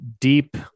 deep